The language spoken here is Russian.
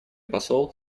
посол